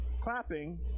clapping